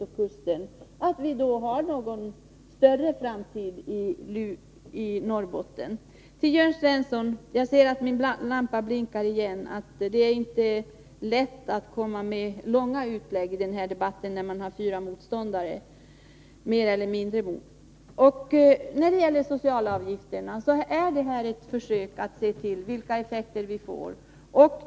Till Jörn Svensson: Jag ser att lampan blinkar som tecken på att min taletid strax är ute. Det är inte lätt att komma med långa utläggningar i den här debatten, när man har fyra motståndare, mer eller mindre, att bemöta. När det gäller socialförsäkringsavgifterna så är de föreslagna åtgärderna ett försök att se vilka effekter man kan få den vägen.